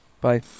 Bye